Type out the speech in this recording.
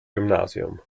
gymnasium